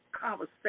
conversation